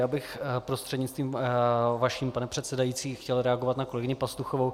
Já bych prostřednictvím vaším, pane předsedající, chtěl reagovat na kolegyni Pastuchovou.